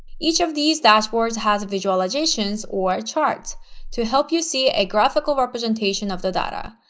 each of these dashboards has visualizations or charts to help you see a graphical representation of the data.